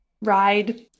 ride